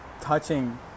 touching